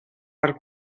per